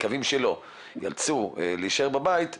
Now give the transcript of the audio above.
מקווים שלא יאלצו להישאר בבית,